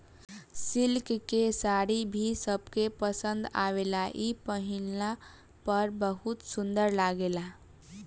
silk के साड़ी भी सबके पसंद आवेला इ पहिनला पर बहुत सुंदर लागेला